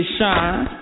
Shine